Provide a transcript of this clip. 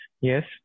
Yes